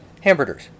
Hamburger's